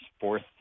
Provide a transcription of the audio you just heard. fourth